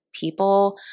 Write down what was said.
people